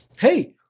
hey